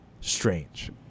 strange